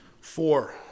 Four